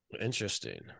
Interesting